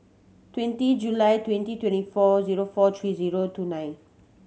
twenty July twenty twenty four zero four three zero two nine